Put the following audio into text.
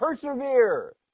persevere